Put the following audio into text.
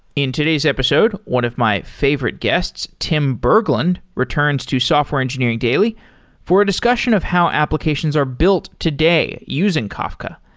in today's episode, one of my favorite guests, tim berglund, berglund, returns to software engineering daily for a discussion of how applications are built today using kafka,